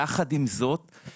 יחד עם זאת,